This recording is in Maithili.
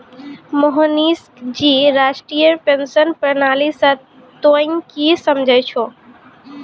मोहनीश जी राष्ट्रीय पेंशन प्रणाली से तोंय की समझै छौं